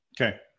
Okay